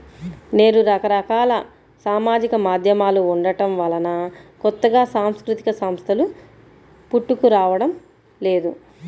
నేడు రకరకాల సామాజిక మాధ్యమాలు ఉండటం వలన కొత్తగా సాంస్కృతిక సంస్థలు పుట్టుకురావడం లేదు